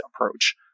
approach